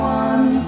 one